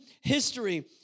history